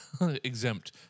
exempt